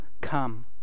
come